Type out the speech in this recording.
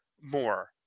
more